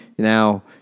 Now